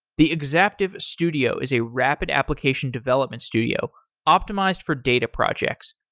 the exaptive studio is a rapid application development studio optimized for data projects.